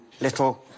little